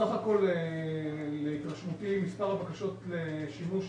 בסך הכל להתרשמותי, מספר הבקשות לשימוש,